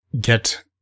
get